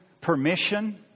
permission